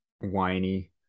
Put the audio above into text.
whiny